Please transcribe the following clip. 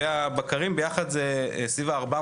והבקרים ביחד זה סביב ה-400,